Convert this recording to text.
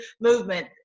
movement